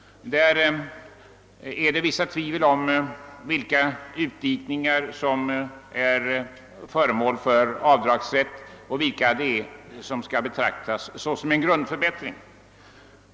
Där är det litet oklart vilka utdikningar som avdragsrätten gäller för och vilka som skall betraktas som grundförbättringar.